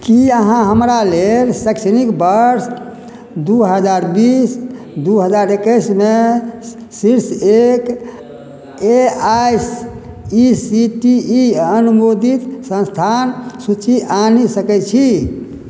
की अहाँ हमरा लेल शैक्षणिक बर्ष दू हजार बीस दू हजार एक्कैसमे शीर्ष एक A I C T E अनुमोदित संस्थान सूचि आनि सकैत छी